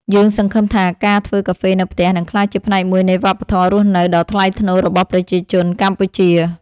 យើងសង្ឃឹមថាការធ្វើកាហ្វេនៅផ្ទះនឹងក្លាយជាផ្នែកមួយនៃវប្បធម៌រស់នៅដ៏ថ្លៃថ្នូររបស់ប្រជាជនកម្ពុជា។